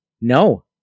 No